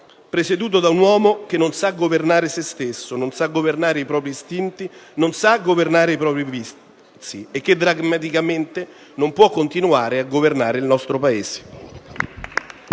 presieduto da un uomo che non sa governare sé stesso, non sa governare i propri istinti e i propri vizi e, quindi paragmaticamente, non può continuare a governare il nostro Paese.